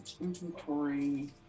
inventory